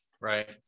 right